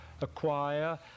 acquire